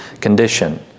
condition